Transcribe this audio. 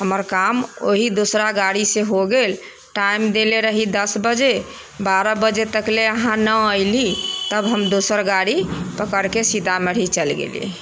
हमर काम ओही दोसरा गाड़ीसँ हो गेल टाइम देले रही दस बजे बारह बजे तक लेल अहाँ नहि अयली तब हम दोसर गाड़ी पकड़िके सीतामढ़ी चलि गेली